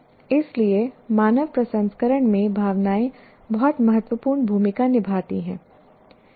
इसलिए मानव प्रसंस्करण में भावनाएं बहुत महत्वपूर्ण भूमिका निभाती हैं